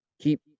Keep